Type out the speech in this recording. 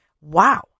Wow